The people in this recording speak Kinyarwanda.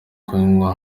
kunywa